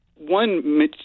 one